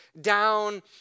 down